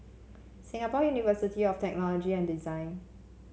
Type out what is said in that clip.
Singapore University of Technology and Design